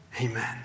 Amen